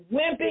wimpy